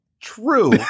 true